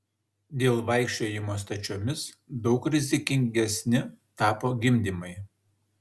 dėl vaikščiojimo stačiomis daug rizikingesni tapo gimdymai